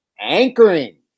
Anchoring